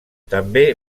també